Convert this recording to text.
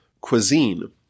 cuisine